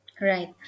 right